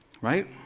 right